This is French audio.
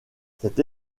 cette